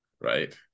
Right